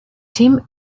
tim